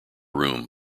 room